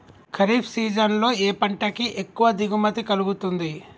Kharif season లో ఏ పంట కి ఎక్కువ దిగుమతి కలుగుతుంది?